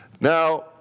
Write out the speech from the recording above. Now